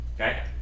Okay